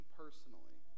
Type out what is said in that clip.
personally